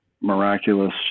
miraculous